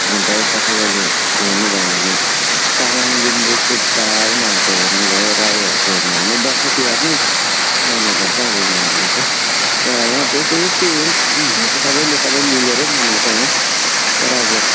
अनि त यता तपाईँले हेर्नुभयो भने तामाङ लिम्बू सुब्बा उनीहरूको हेर्नुभयो राईहरूको हेर्नुभयो दसैँ तिहार नै मनाउने गर्छ अब उनीहरूले चाहिँ र यहाँ बेसी बेसी ऊ यो हुनत सबैले सबै मिलेरै मनाउँछ तर अब